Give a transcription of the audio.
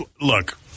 look